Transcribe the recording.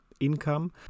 income